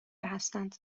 هستند